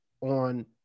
on